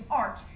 art